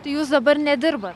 tai jūs dabar nedirbat